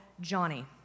Johnny